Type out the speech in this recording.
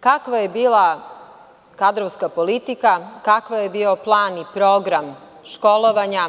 Kakva je bila kadrovska politika, kakav je bio plan i program školovanja,